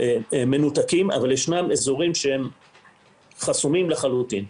מנותקים אבל ישנם אזורים שחסומים לחלוטין.